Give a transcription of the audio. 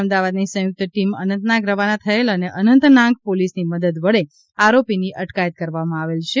અમદાવાદની સયુંક્ત ટીમ અનંતનાગ રવાના થયેલ અને અનંતનાગ પોલીસની મદદ વડે આરોપીની અટકાયત કરવામાં આવેલ છે